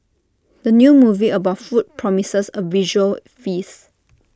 the new movie about food promises A visual feast